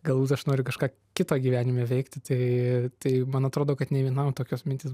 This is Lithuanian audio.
galus aš noriu kažką kitą gyvenime veikti tai tai man atrodo kad nė vienam tokios mintys